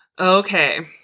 Okay